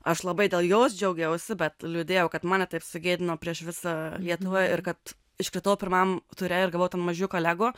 aš labai dėl jos džiaugiausi bet liūdėjau kad mane taip sugėdino prieš visą lietuvą ir kad iškritau pirmam ture ir gavau tą mažiuką lego